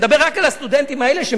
נדבר רק על הסטודנטים האלה,